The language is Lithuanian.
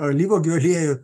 alyvuogių aliejų